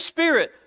Spirit